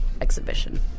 exhibition